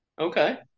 Okay